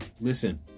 Listen